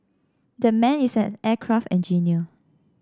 that man is an aircraft engineer